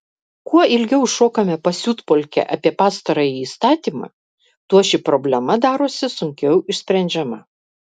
kuo ilgiau šokame pasiutpolkę apie pastarąjį įstatymą tuo ši problema darosi sunkiau išsprendžiama